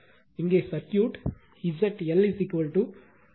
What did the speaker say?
இங்கே circuit ZLRL j XL